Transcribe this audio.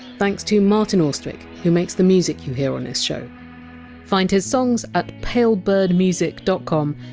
thanks to martin austwick, who makes the music you hear on this show find his songs at palebirdmusic dot com,